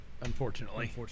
Unfortunately